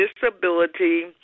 disability